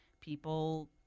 people